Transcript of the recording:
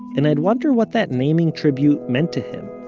and i'd wonder what that naming tribute meant to him.